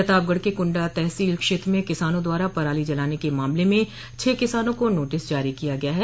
प्रतापगढ़ के कुंडा तहसील क्षेत्र में किसानों द्वारा पराली जलाने के मामले में छह किसानों को नोटिस जारी किया गया है